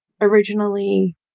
Originally